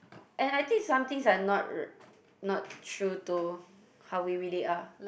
and I think some things are not not true to how we really are